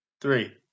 Three